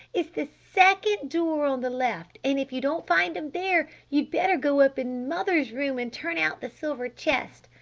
it's the second door on the left! and if you don't find em there you'd better go up in mother's room and turn out the silver chest!